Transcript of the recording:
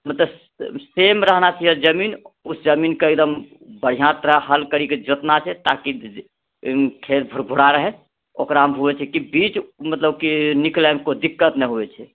मतलब सेम रहना चाही जमीन उस जमीनके एकदम बढ़िआँ तरह हल करिके जोतना छै ताकि खेत फुरफुरा रहै ओकरामे होइ छै की बीज मतलब की निकलैमे कोइ दिक्कत नहि होइ छै